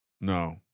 no